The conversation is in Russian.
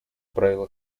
правилах